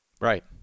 Right